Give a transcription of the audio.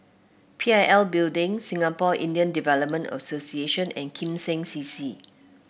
P I L Building Singapore Indian Development Association and Kim Seng C C